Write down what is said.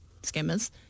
scammers